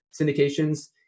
syndications